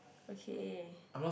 okay